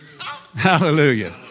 Hallelujah